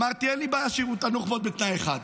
אמרתי: אין לי בעיה שיראו את הנוח'בות, בתנאי אחד: